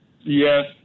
Yes